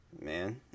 man